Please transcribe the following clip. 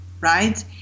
right